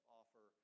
offer